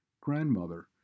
grandmother